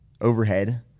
overhead